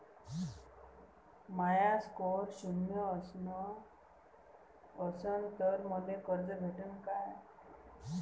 माया score शून्य असन तर मले कर्ज भेटन का?